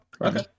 okay